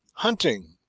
hunting,